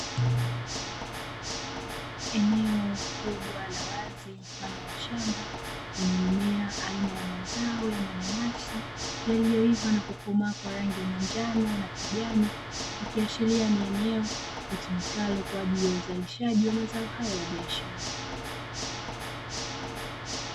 Eneo kubwa la wazi mfano wa shamba lenye mimea aina ya mazao ya mananasi, yaliyoiva na kukomaa kwa rangi ya manjano na kijani, ikiashiria ni eneo litumikalo kwa ajili ya uzalishaji wa mazao hayo ya biashara.